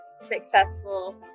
successful